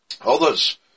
Others